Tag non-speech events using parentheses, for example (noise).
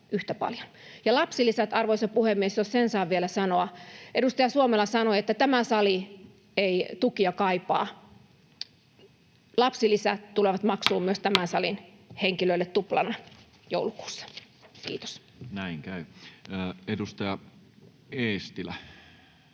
lapsilisistä — arvoisa puhemies, jos sen saan vielä sanoa — edustaja Suomela sanoi, että tämä sali ei tukia kaipaa. (noise) Lapsilisät tulevat maksuun myös tämän salin henkilöille tuplana joulukuussa. — Kiitos. Näin käy. — Edustaja Eestilä